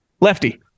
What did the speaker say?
lefty